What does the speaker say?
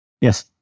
Yes